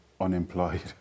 unemployed